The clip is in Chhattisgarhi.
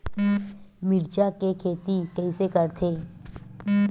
मिरचा के खेती कइसे करथे?